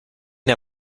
der